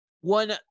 one